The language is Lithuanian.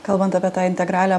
kalbant apie tą integralią